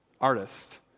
artist